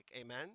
amen